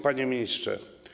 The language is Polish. Panie Ministrze!